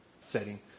setting